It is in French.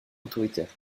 autoritaire